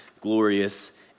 glorious